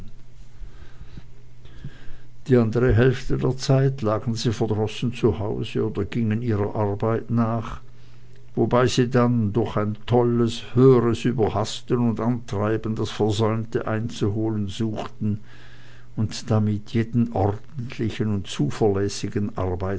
die andere hälfte der zeit lagen sie verdrossen zu hause oder gingen ihrer arbeit nach wobei sie dann durch ein tolles böses überhasten und antreiben das versäumte einzuholen suchten und damit jeden ordentlichen und zuverlässigen arbeiter